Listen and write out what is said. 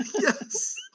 Yes